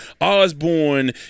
Osborne